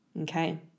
Okay